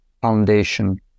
foundation